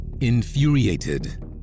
Infuriated